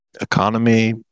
economy